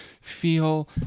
feel